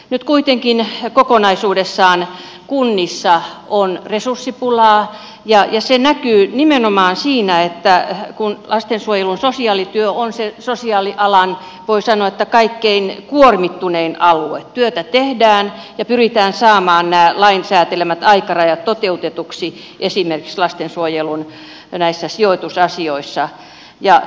nyt kuitenkin kokonaisuudessaan kunnissa on resurssipulaa ja se näkyy nimenomaan siinä että kun lastensuojelun sosiaalityö on se sosiaalialan voi sanoa kaikkein kuormittunein alue työtä tehdään ja pyritään saamaan nämä lain säätelemät aikarajat toteutetuiksi esimerkiksi lastensuojelun sijoitusasioissa